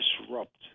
disrupt